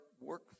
work